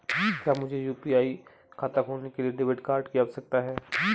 क्या मुझे यू.पी.आई खाता खोलने के लिए डेबिट कार्ड की आवश्यकता है?